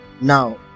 Now